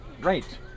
Right